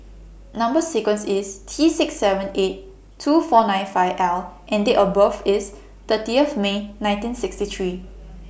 Number sequence IS T six seven eight two four nine five L and Date of birth IS thirty May nineteen sixty three